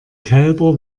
kälber